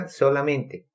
solamente